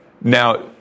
Now